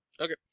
Okay